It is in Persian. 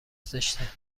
زشته